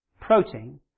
protein